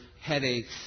headaches